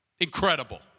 Incredible